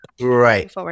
Right